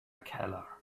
keller